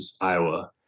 Iowa